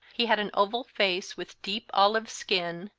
he had an oval face, with deep olive skin,